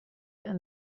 and